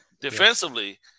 defensively